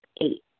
Eight